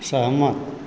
सहमत